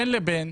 בין לבין,